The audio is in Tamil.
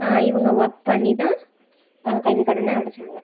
இவங்க ஒர்க் பண்ணிதான் கல்விக் கடனை அடைத்தாங்க